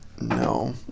no